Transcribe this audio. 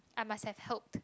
I must have hope